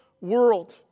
world